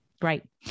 Right